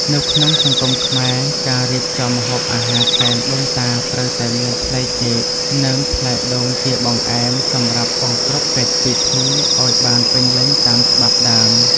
នៅក្នុងសង្គមខ្មែរការរៀបចំម្ហូបអាហារសែនដូនតាត្រូវតែមានផ្លែចេក និង ផ្លែដូងជាបង្អែមសម្រាប់បង្គ្រប់កិច្ចពិធីឱ្យបានពេញលេញតាមច្បាប់ដើម។